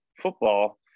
football